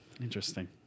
Interesting